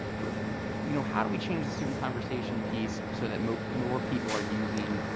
but you know, how do we change the student conversation piece so that more more people are using,